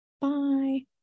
Bye